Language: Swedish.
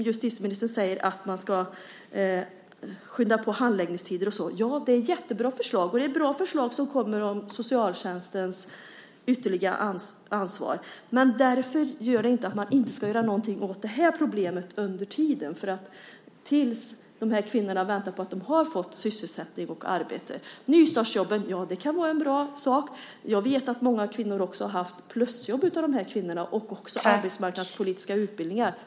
Justitieministern säger att man ska skynda på handläggningstider och sådant. Ja, det är ett jättebra förslag. Det är bra förslag som kommer om socialtjänstens ytterligare ansvar. Men det innebär inte att man inte ska göra någonting åt det här problemet under tiden som de här kvinnorna väntar på att de ska få sysselsättning och arbete. Nystartsjobben kan vara en bra sak. Jag vet att många av de här kvinnorna också har haft plusjobb och också gått arbetsmarknadspolitiska utbildningar.